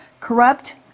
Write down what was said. Corrupt